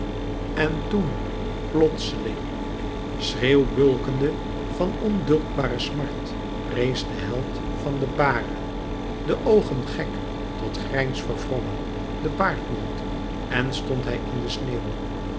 en toen plotseling schreeuwbulkende van onduldbare smart rees de held van de bare de oogen gek tot grijns verwrongen den baardmond en stond hij in de sneeuw